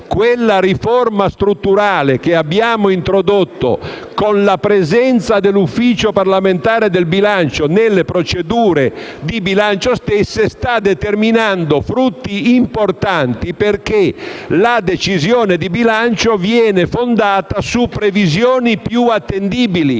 quella riforma strutturale che abbiamo introdotto con la presenza dell'Ufficio parlamentare del bilancio nelle stesse procedure di bilancio sta determinando frutti importanti, perché la decisione di bilancio viene fondata su previsioni più attendibili